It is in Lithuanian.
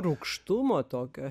rūgštumo tokio